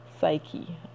psyche